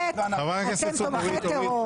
אתם לא אמורים להיות חלק מהכנסת, אתם תומכי טרור.